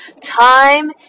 Time